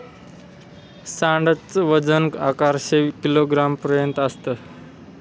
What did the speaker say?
सांड च वजन अकराशे किलोग्राम पर्यंत असत